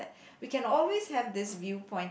we can always have this view point